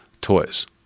toys